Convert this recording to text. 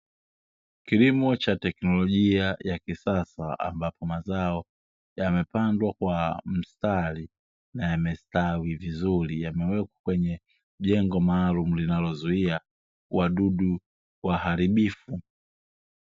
Kilimo cha teknolojia ya kisasa ambapo mazao yamepandwa kwa mstari na yamestawi vizuri, yamewekwa kwenye jengo maalum linalozuia wadudu waharibifu.